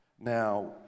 Now